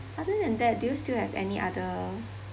other than that do you still have any other